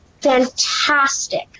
fantastic